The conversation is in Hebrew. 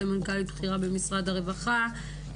סמנכ"לית בכירה במשרד הרווחה,